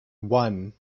one